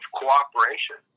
cooperation